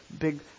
big